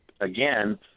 again